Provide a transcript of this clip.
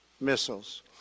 missiles